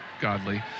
godly